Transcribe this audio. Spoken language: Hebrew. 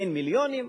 אין מיליונים,